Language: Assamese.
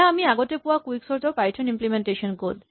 এয়া আমি আগতে পোৱা কুইকচৰ্ট ৰ পাইথন ইমপ্লিমেন্টেচন ক'ড